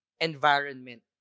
environment